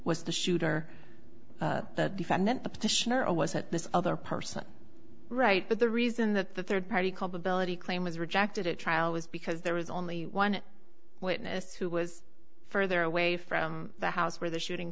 was the shooter the defendant the petitioner or was at this other person right but the reason that the third party called ability claim was rejected at trial was because there was only one witness who was further away from the house where the shooting